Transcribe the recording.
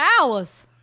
hours